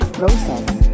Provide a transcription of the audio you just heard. process